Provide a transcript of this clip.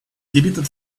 deleted